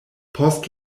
post